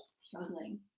struggling